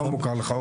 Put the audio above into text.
לא מוכר לך.